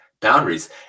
boundaries